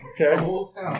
Okay